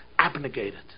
abnegated